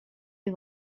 est